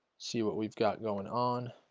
see what we've got going on